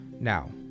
Now